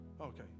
Okay